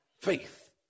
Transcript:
faith